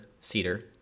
cedar